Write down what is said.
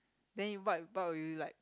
then what bought you bought what would you like